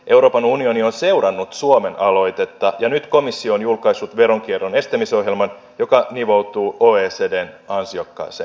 euroopan unioni on seurannut suomen aloitetta ja nyt komissio on julkaissut veronkierron estämisohjelman joka nivoutuu oecdn ansiokkaaseen toimintaan